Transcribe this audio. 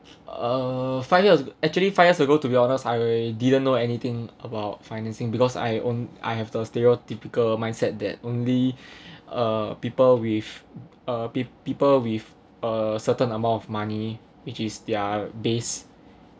err five years actually five years ago to be honest I really didn't know anything about financing because I own I have the stereotypical mindset that only uh people with uh peo~ people with a certain amount of money which is their base